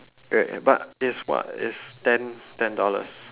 wait but it's what it's ten ten dollars